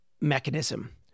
mechanism